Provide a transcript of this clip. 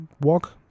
walk